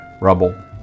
rubble